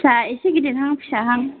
फिसा एसे गेदेरहां फिसाहां